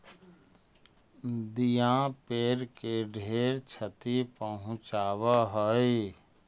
दियाँ पेड़ के ढेर छति पहुंचाब हई